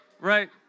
Right